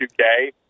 2K